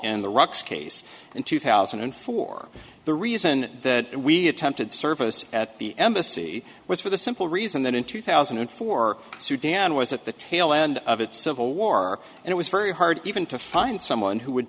in the rocks case in two thousand and four the reason that we attempted service at the embassy was for the simple reason that in two thousand and four sudan was at the tail end of its civil war and it was very hard even to find someone who would